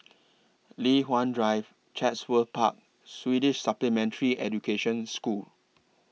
Li Hwan Drive Chatsworth Park Swedish Supplementary Education School